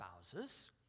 spouses